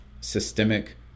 systemic